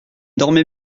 dormez